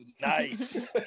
Nice